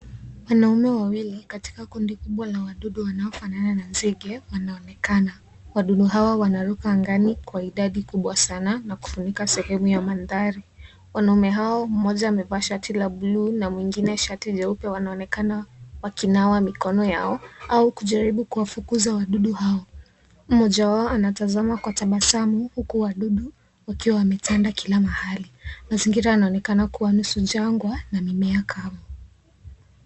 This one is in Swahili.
Wanaume wawili katika kundi kubwa la wadudu wanaofanana na nzige wanaonekana. Wadudu hawa wanaruka angani kwa idadi kubwa sana na kufunika sehemu ya mandhari. Wanaume hao, mmoja amevaa shati la bluu na mwingine shati jeupe wanaonekana wakinawa mikono yao au kujaribu kuwafukuza wadudu hao. Mmoja wao anatazama kwa tabasamu huku wadudu wakiwa wametanda kila mahali. Mazingira yanaonekana kuwa nusu jangwa na mimea kavu.